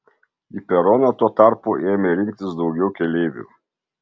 į peroną tuo tarpu ėmė rinktis daugiau keleivių